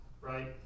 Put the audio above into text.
right